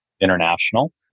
international